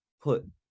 put